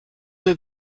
mir